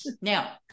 now